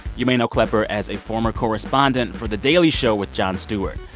you may know klepper as a former correspondent for the daily show with jon stewart.